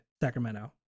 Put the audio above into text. Sacramento